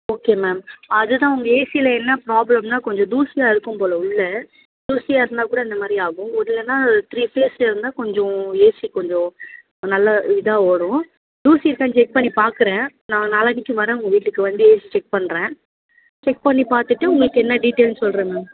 okay ma'am அதுதான் உங்கள் ஏசியில என்ன ப்ராப்ளம்னால் கொஞ்சம் தூசியாக இருக்கும் போல உள்ள தூசியாக இருந்தாக்கூட இந்தமாதிரி ஆகும் ஓ இல்லைன்னா த்ரீ பேஸ் இருந்தால் கொஞ்சம் ஏசி கொஞ்சம் நல்லா இதாக ஓடும் தூசி இருக்கான்னு செக் பண்ணி பார்க்குறேன் நான் நாளானைக்கு வரேன் உங்கள் வீட்டுக்கு வந்து ஏசி செக் பண்ணுறேன் செக் பண்ணி பார்த்துட்டு உங்களுக்கு என்ன டீடெயில்னு சொல்கிறேன் மேம்